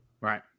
Right